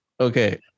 Okay